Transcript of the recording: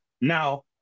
now